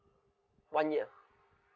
one year